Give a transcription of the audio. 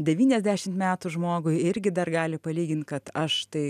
devyniasdešimt metų žmogui irgi dar gali palyginti kad aš tai